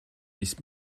ist